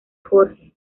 jorge